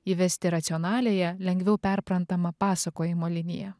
įvesti racionaliąją lengviau perprantamą pasakojimo liniją